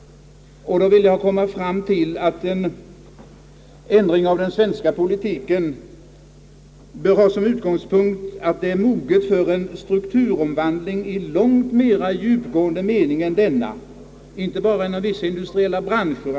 Man bör övergå till en förändring av den svenska politiken som har till utgångspunkt att vårt land är moget för en strukturomvandling som går längre än att bara omfatta vissa industriella branscher.